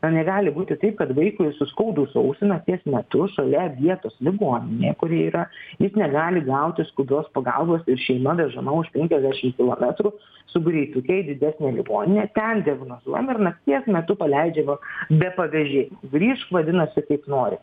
na negali būti taip kad vaikui suskaudus ausį nakties metu šalia vietos ligoninė kuri yra jis negali gauti skubios pagalbos ir šeima vežama už penkiasdešim kilometrų su greituke į didesnę ligoninę ten diagnozuojama ir nakties metu paleidžia va be pavežėjimo grįžk vadinasi kaip nori